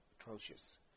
atrocious